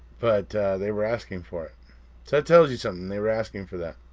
but they were asking for it. so it tells you something they were asking for that.